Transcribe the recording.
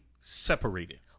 separated